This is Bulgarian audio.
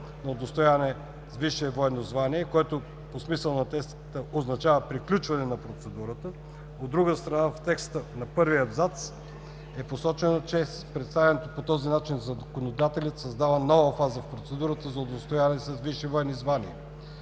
на удостояването с висше военно звание“, което по смисъла на текста означава приключване на процедурата. От друга, в текста на първия абзац е посочено, че с представянето „по този начин законодателят създава нова фаза в процедурата за удостояване с висши военни звания“.